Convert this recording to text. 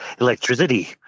electricity